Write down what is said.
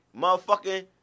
motherfucking